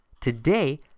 Today